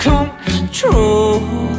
Control